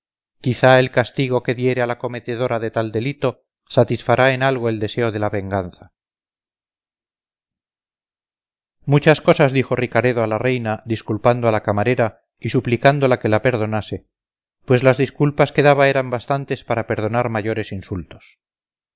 quizá el castigo que diere a la cometedora de tal delito satisfará en algo el deseo de la venganza muchas cosas dijo ricaredo a la reina disculpando a la camarera y suplicándola que la perdonase pues las disculpas que daba eran bastantes para perdonar mayores insultos